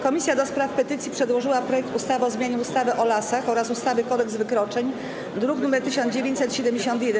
Komisja do Spraw Petycji przedłożyła projekt ustawy o zmianie ustawy o lasach oraz ustawy - Kodeks wykroczeń, druk nr 1971.